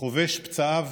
חובש פצעיו,